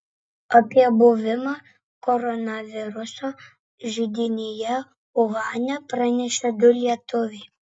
apie buvimą koronaviruso židinyje uhane pranešė du lietuviai